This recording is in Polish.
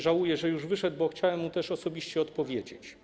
Żałuję, że już wyszedł, bo chciałem mu też osobiście odpowiedzieć.